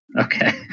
Okay